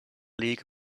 league